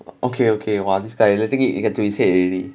okay okay !wah! this guy letting it you get to his head already